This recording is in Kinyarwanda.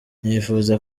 nifuza